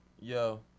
Yo